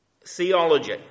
theology